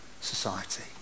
society